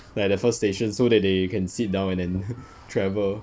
like the first station so that they can sit down and then travel